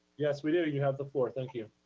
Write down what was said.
yes, we do and you have the floor. thank you.